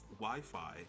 Wi-Fi